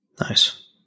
nice